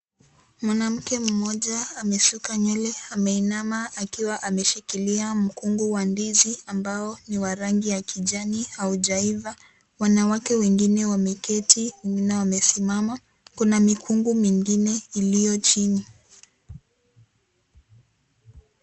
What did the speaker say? Mwanamke mmoja amesuka nywele ameinama akiwa ameshikilia mkungu wa ndizi ambao ni wa rangi ya kijani haujaiva, wanawake wengine wameketi wengine wamesimama, kuna mikungu mingine ilio chini.